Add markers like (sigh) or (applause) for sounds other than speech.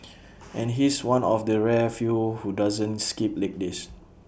(noise) and he's one of the rare few who doesn't skip leg days